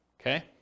Okay